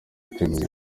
bateguye